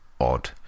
odd